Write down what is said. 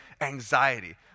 anxiety